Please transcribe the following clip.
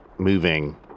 moving